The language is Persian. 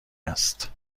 است